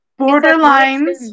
borderlines